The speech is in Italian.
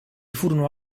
furono